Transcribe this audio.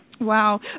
Wow